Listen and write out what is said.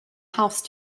house